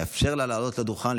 אאפשר לה לעלות על הדוכן,